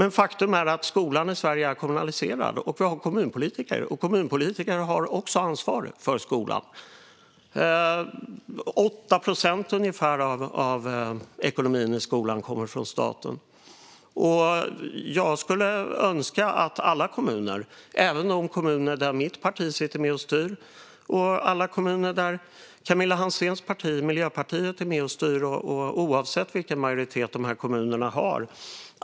Faktum är dock att skolan i Sverige är kommunaliserad. Vi har kommunpolitiker som också har ansvar för skolan; ungefär 8 procent av ekonomin i skolan kommer från staten. Jag skulle önska att alla kommuner prioriterade skolan mer, även de kommuner där mitt parti sitter med och styr och alla kommuner där Camilla Hanséns parti Miljöpartiet är med och styr - och oavsett vilken majoritet de kommunerna har.